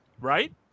right